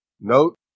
note